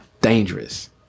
Dangerous